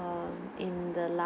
err in the la~